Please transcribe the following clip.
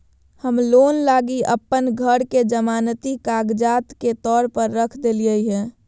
हम लोन लगी अप्पन घर के जमानती कागजात के तौर पर रख देलिओ हें